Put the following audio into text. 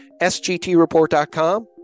sgtreport.com